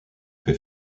fait